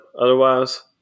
otherwise